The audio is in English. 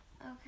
Okay